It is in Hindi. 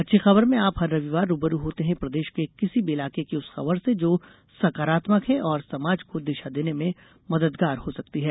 अच्छी खबर में आप हर रविवार रूबरू होते हैं प्रदेश के किसी भी इलाके की उस खबर से जो सकारात्मक है और समाज को दिशा देने में मददगार हो सकती है